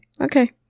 Okay